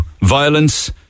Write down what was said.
violence